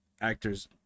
actors